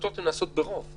החלטות שנעשות ברוב.